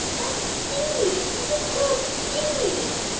that's steve! he just killed steve.